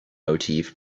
motif